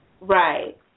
Right